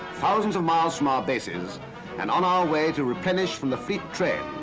thousands of miles from our bases and on our way to replenish from the fleet train,